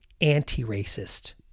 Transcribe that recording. anti-racist